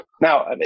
Now